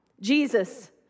Jesus